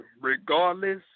regardless